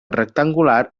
rectangular